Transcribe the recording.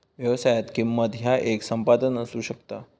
व्यवसायात, किंमत ह्या येक संपादन असू शकता